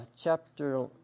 chapter